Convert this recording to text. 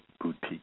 boutique